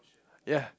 ya